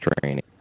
training